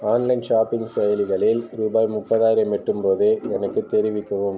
online shopping செயலிகளில் ரூபாய் முப்பதாயிரம் எட்டும் போது எனக்குத் தெரிவிக்கவும்